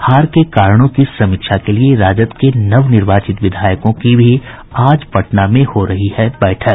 हार के कारणों की समीक्षा के लिए राजद के नवनिर्वाचित विधायकों की भी आज पटना में हो रही है बैठक